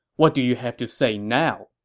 what do you have to say now?